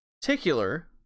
particular